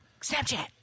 Snapchat